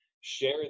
share